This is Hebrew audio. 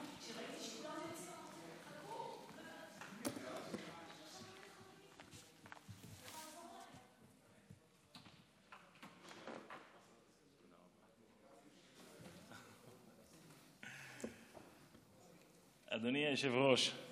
אדוני היושב-ראש,